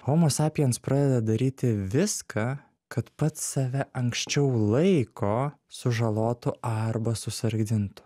homo sapiens pradeda daryti viską kad pats save anksčiau laiko sužalotų arba susargdintų